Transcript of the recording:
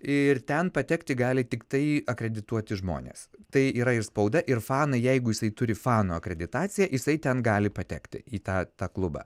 ir ten patekti gali tiktai akredituoti žmonės tai yra ir spauda ir fanai jeigu jisai turi fanų akreditaciją jisai ten gali patekti į tą klubą